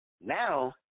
Now